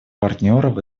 партнеров